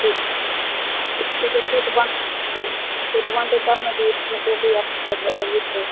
खेत बनतै तब नऽ